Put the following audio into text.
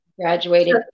graduated